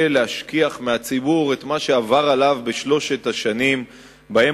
להשכיח מהציבור את מה שעבר עליו בשלוש השנים שבהן